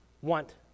want